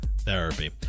therapy